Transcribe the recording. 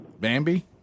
Bambi